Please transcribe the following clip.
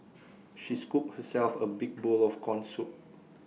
she scooped herself A big bowl of Corn Soup